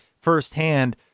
firsthand